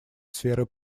сферы